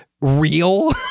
real